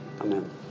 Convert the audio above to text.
Amen